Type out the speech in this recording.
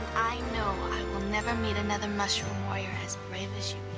i know i will never meet another mushroom warrior as brave as you,